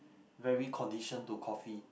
very conditioned to coffee